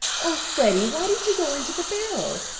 oh, freddie, why did you go into the barrel?